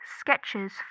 sketches